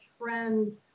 trend